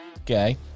Okay